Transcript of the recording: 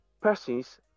persons